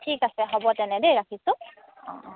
ঠিক আছে হ'ব তেনে দেই ৰাখিছোঁ অঁ অঁ